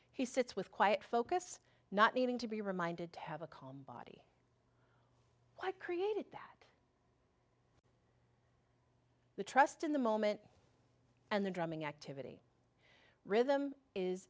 he sits with quiet focus not needing to be reminded to have a calm i created that the trust in the moment and the drumming activity rhythm is